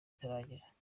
itaragera